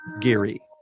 Geary